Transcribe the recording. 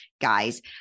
Guys